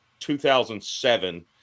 2007